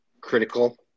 critical